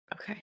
Okay